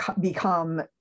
become